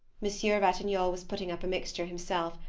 monsieur ratignolle was putting up a mixture himself,